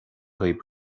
daoibh